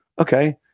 okay